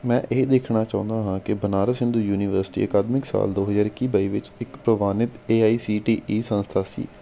ਮੈਂ ਇਹ ਦੇਖਣਾ ਚਾਹੁੰਦਾ ਹਾਂ ਕਿ ਬਨਾਰਸ ਹਿੰਦੂ ਯੂਨੀਵਰਸਿਟੀ ਅਕਾਦਮਿਕ ਸਾਲ ਦੋ ਹਜ਼ਾਰ ਇੱਕੀ ਬਾਈ ਵਿੱਚ ਇੱਕ ਪ੍ਰਵਾਨਿਤ A I C T E ਸੰਸਥਾ ਸੀ